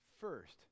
First